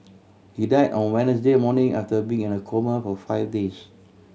he died on Wednesday morning after being in a coma for five days